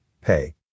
pay